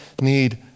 need